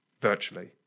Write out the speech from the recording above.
virtually